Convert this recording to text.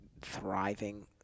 thriving